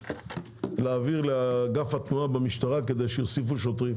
להעביר לאגף התנועה במשטרה כדי שיוסיפו שוטרים.